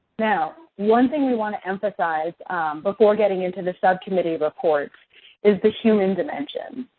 now, one thing we want to emphasize before getting into the subcommittee reports is the human dimension.